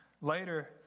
Later